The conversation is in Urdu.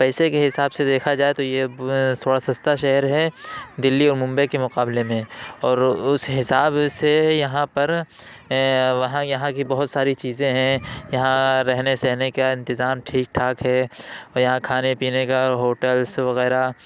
پیسے کے حساب سے دیکھا جائے تو یہ تھوڑا سستا شہر ہے دلّی اور ممبئی کے مقابلے میں اور اس حساب سے یہاں پر وہاں یہاں کی بہت ساری چیزیں ہیں یہاں رہنے سہنے کا انتظام ٹھیک ٹھاک ہے اور یہاں کھانے پینے کا ہوٹلس وغیرہ